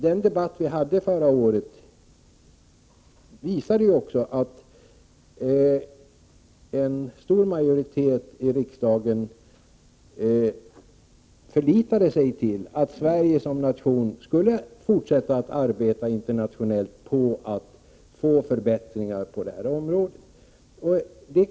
Den debatt som vi hade förra året visade att en stor majoritet här i kammaren förlitade sig på att Sverige som nation skulle fortsätta att arbeta internationellt på att åstadkomma förbättringar på detta område.